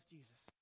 Jesus